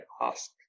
ask